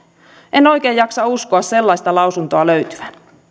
en oikein jaksa uskoa sellaista lausuntoa löytyvän